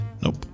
Nope